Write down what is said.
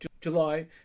July